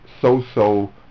so-so